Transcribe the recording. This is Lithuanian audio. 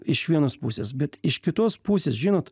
iš vienos pusės bet iš kitos pusės žinot